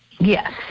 Yes